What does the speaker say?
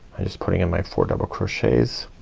i just putting in my four double crochets